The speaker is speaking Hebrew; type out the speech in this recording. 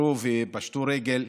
שנסגרו ופשטו רגל.